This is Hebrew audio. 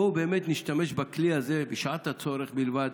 בואו באמת נשתמש בכלי הזה באמת בשעת הצורך בלבד,